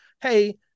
hey